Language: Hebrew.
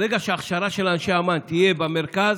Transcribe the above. ברגע שההכשרה של אנשי אמ"ן תהיה במרכז,